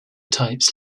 types